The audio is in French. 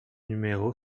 numéro